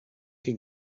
can